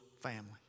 family